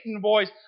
boys